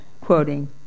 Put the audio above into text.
quoting